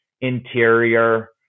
interior